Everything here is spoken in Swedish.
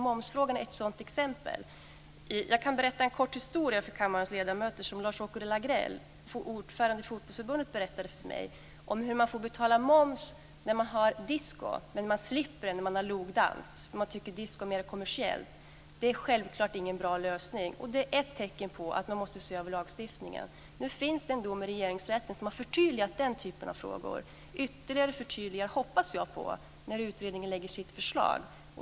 Momsfrågan är ett exempel på detta. Jag kan berätta något kort för kammarens ledamöter som Lars-Åke Lagrell, ordförande i Fotbollsförbundet, berättade för mig. Man får betala moms när man har disko men man slipper när man har logdans. Man tycker att disko är mer kommersiellt. Det är självklart ingen bra lösning. Det är ett tecken på att man måste se över lagstiftningen. Nu finns det en dom i Regeringsrätten som har förtydligat just den typen av frågor. Jag hoppas på ytterligare förtydliganden när utredningen lägger fram sitt förslag.